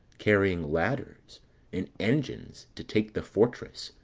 carrying ladders and engines to take the fortress,